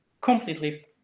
completely